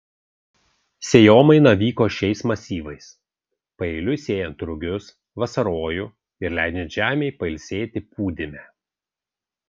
sėjomaina vyko šiais masyvais paeiliui sėjant rugius vasarojų ir leidžiant žemei pailsėti pūdyme